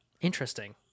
Interesting